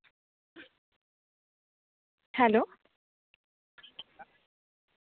hello